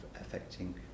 affecting